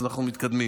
אז אנחנו מתקדמים.